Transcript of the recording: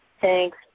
Thanks